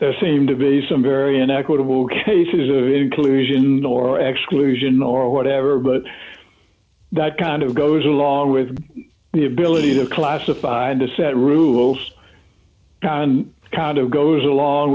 there seemed to be some very inequitable inclusion or exclusion or whatever but that kind of goes along with the ability to classify and a set rules and kind of goes along